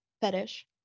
fetish